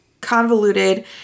convoluted